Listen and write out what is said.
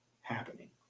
happening